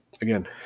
Again